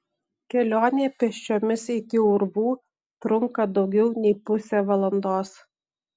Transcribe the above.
kelionė pėsčiomis iki urvų trunka daugiau nei pusę valandos